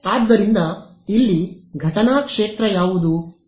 ಆದ್ದರಿಂದ ಇಲ್ಲಿ ಘಟನಾ ಕ್ಷೇತ್ರ ಯಾವುದು